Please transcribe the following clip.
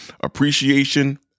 Appreciation